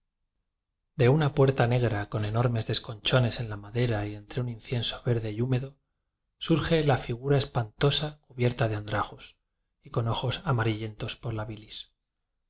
de una puerta negra con enormes desconchones en la madera y entre un in cienso verde y húmedo surge la figura es pantosa cubierta de andrajos y con ojos amarillentos por la bilis